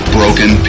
broken